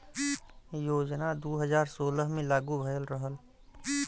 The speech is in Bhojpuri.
योजना दू हज़ार सोलह मे लागू भयल रहल